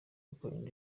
yakoranye